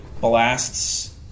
blasts